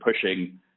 pushing